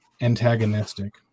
antagonistic